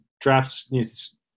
drafts –